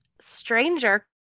stranger